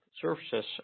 services